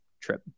trip